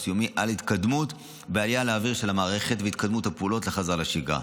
יומי על ההתקדמות בעלייה לאוויר של המערכת והתקדמות הפעולות לחזרה לשגרה.